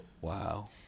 Wow